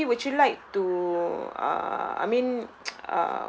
probably would you like to uh I mean